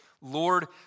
Lord